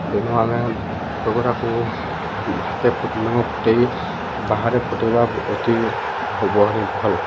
ତେଣୁ ଆମେ ଫଟୋକରାକୁ ହାତ ନ ଫୁଟେଇ ବାହାରେ ଫୁଟେଇବା ଅତି ଭଲ୍